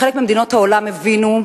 בחלק ממדינות העולם הבינו,